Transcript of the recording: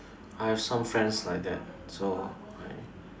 I have some friends like that so I